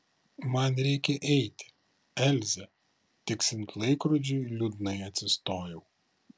man reikia eiti elze tiksint laikrodžiui liūdnai atsistojau